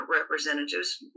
representatives